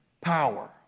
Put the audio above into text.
power